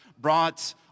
brought